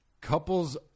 Couples